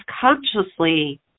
consciously